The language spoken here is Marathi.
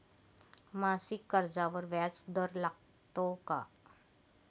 मासिक कर्जावर व्याज दर लागतो का?